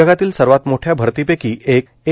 जगातील सर्वात मोठ्या भरतीपैकी एक ए